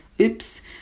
Oops